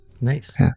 Nice